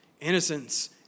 Innocence